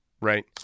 right